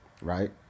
Right